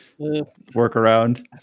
workaround